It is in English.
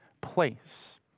place